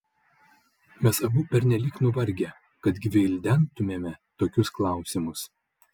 mes abu pernelyg nuvargę kad gvildentumėme tokius klausimus